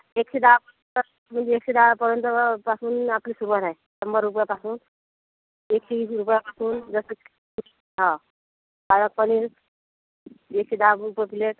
एकशे दहा पासून तर म्हणजे एकशे दहापर्यंत पासून आपली सुरूवात आहे शंभर रूपयापासून एकशे वीस रूपयापासून हां पालक पनीर एकशे दहा रुपये प्लेट